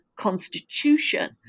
Constitution